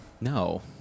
no